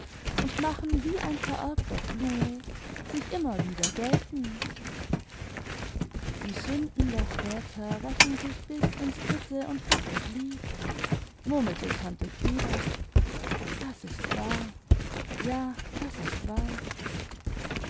imd machen wie ein vererbter fluch sich inuner wieder geltend die sünden der väter rächen sich bis ins dritte und vierte glied murmelte tante frieda das ist wahr ja das ist wahr